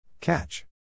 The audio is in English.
Catch